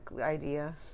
idea